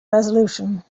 resolution